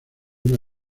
una